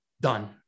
done